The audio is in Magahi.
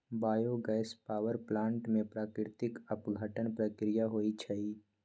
बायो गैस पावर प्लांट में प्राकृतिक अपघटन प्रक्रिया होइ छइ